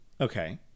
Okay